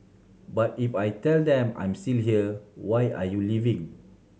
but if I tell them I'm still here why are you leaving